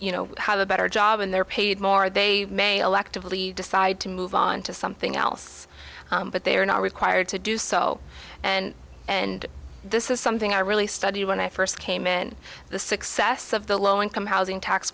you know how a better job and they're paid more they may electively decide to move on to something else but they are not required to do so and and this is something i really studied when i first came in the success of the low income housing tax